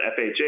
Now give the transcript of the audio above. FHA